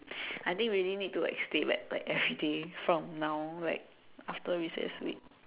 I think really need to like stay back like everyday from now like after recess week